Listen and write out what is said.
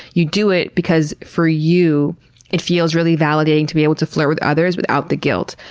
you do it because for you it feels really validating to be able to flirt with others without the guilt.